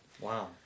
Wow